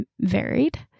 varied